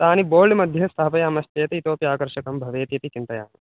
तानि बोल्ड् मध्ये स्थापयामश्चेत् इतोऽपि आकर्षकं भवेदिति चिन्तयामि